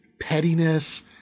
pettiness